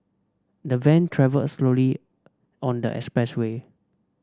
the van travelled slowly on the expressway